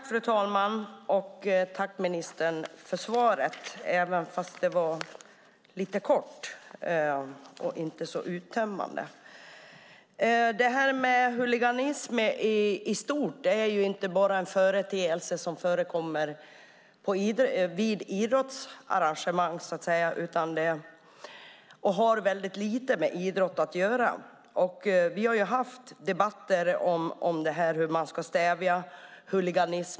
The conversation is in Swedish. Fru talman! Tack, ministern, för svaret, även om det var lite kort och inte så uttömmande! Huliganism i stort förekommer inte bara vid idrottsarrangemang och har lite med idrott att göra. Vi har haft debatter om hur huliganism ska stävjas.